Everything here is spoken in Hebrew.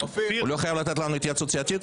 הוא לא לתת לנו התייעצות סיעתית?